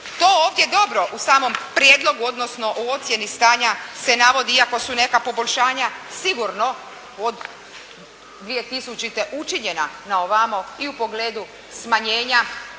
To ovdje dobro u samom prijedlogu, odnosno u ocjeni stanja se navodi iako su neka poboljšanja sigurno od 2000. učinjena na ovamo i u pogledu smanjenja